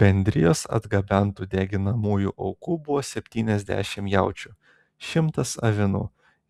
bendrijos atgabentų deginamųjų aukų buvo septyniasdešimt jaučių šimtas avinų